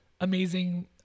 amazing